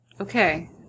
Okay